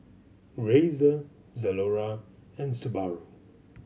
Razer Zalora and Subaru